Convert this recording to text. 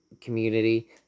community